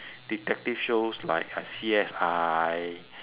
detective shows like uh C_S_I